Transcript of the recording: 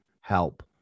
help